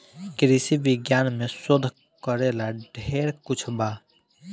कृषि विज्ञान में शोध करेला ढेर कुछ बा